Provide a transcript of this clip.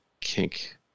kink